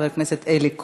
חבר הכנסת אלי כהן,